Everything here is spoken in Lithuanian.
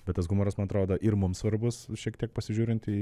bet tas humoras man atrodo ir mums svarbus šiek tiek pasižiūrint į